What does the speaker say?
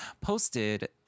posted